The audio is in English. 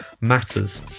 matters